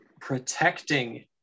protecting